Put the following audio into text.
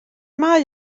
mae